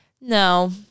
No